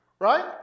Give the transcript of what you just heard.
right